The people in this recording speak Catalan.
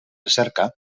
recerca